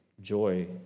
joy